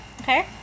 Okay